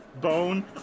Bone